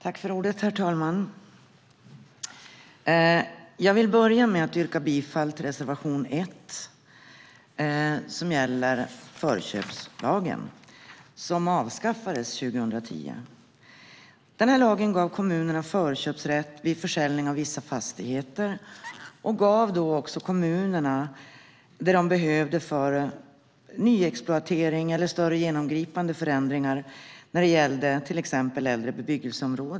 Herr talman! Jag vill börja med att yrka bifall till reservation 1 som gäller förköpslagen som avskaffades 2010. Denna lag gav kommunerna förköpsrätt vid försäljning av vissa fastigheter. Lagen gav även kommunerna det de behövde för nyexploatering eller större genomgripande förändringar när det gällde till exempel äldre bebyggelseområden.